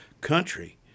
country